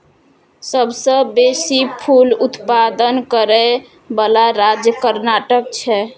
सबसं बेसी फूल उत्पादन करै बला राज्य कर्नाटक छै